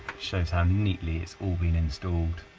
shows how neatly it's all been installed,